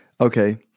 okay